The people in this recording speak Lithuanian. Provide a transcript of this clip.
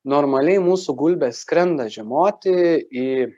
normaliai mūsų gulbės skrenda žiemoti į